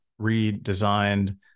redesigned